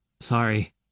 Sorry